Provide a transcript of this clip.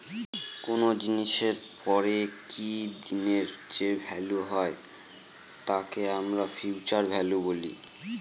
কোনো জিনিসের পরে কি দিনের যে মূল্য হয় তাকে আমরা ফিউচার ভ্যালু বলি